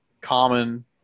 common